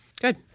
good